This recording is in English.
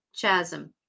chasm